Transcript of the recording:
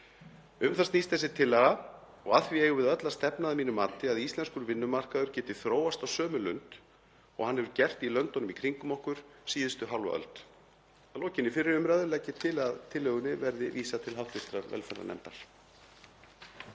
Um það snýst þessi tillaga og að því eigum við öll að stefna að mínu mati að íslenskur vinnumarkaður geti þróast á sömu lund og hann hefur gert í löndunum í kringum okkur síðustu hálfa öld. Að lokinni fyrri umræðu legg ég til að tillögunni verði vísað til hv. velferðarnefndar.